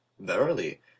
verily